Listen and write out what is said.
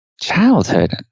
childhood